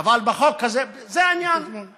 אבל בחוק הזה, זה העניין, התזמון.